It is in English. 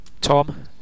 Tom